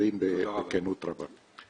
נאמרים בכנות רבה.